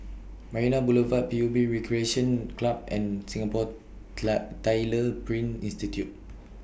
Marina Boulevard P U B Recreation Club and Singapore Tyler Print Institute